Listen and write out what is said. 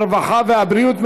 הרווחה והבריאות,